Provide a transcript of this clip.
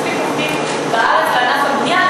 יש מספיק עובדים בארץ לענף הבנייה,